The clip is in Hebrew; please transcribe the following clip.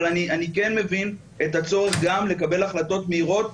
אבל אני כן מבין את הצורך גם לקבל החלטות מהירות.